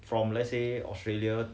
from let's say australia